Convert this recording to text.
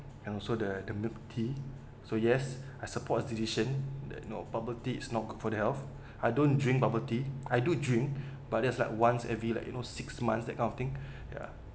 and also the the milk tea so yes I support his decision that you know bubble tea is not good for the health I don't drink bubble tea I do drink but there's like once every like you know six months that kind of thing ya